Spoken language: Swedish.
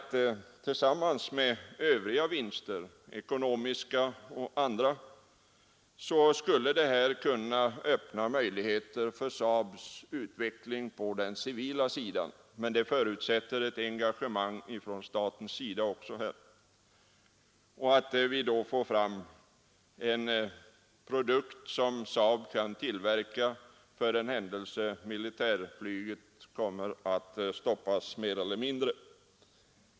Tillsammans med övriga vinster, ekonomiska och andra, skulle detta kunna öppna möjligheter för SAAB:s utveckling på den civila sidan. Det förutsätter ett engagemang från statens sida så att vi får fram en produkt, som SAAB kan tillverka för den händelse militärflyget kommer att stoppas mer eller mindre.